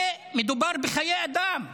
מדובר בחיי אדם.